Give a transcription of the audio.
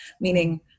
meaning